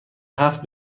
هفت